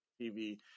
TV